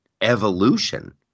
evolution